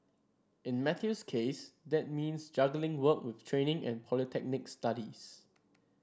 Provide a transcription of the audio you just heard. in Matthew's case that means juggling work with training and polytechnic studies